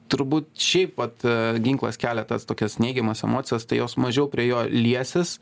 turbūt šiaip vat ginklas kelia tas tokias neigiamas emocijas tai jos mažiau prie jo liesis